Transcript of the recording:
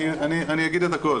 אני אגיד את הכל.